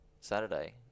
Saturday